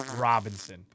Robinson